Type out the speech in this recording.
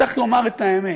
צריך לומר את האמת.